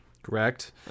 Correct